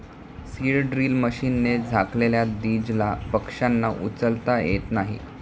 seed drill मशीनने झाकलेल्या दीजला पक्ष्यांना उचलता येत नाही